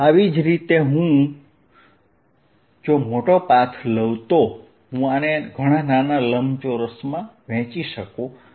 આવી જ રીતે અહીં જો હું મોટો પાથ લઉં તો હું આને ઘણા નાના લંબચોરસમાં વહેંચી શકું છું